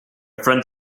friend